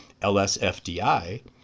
LSFDI